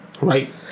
Right